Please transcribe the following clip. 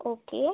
okay